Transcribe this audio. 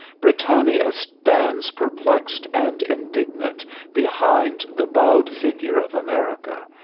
britannia stands perplexed and indignant behind the bowed figure of america,